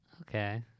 Okay